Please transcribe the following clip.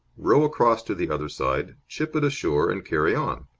row across to the other side, chip it ashore, and carry on.